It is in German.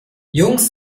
jungs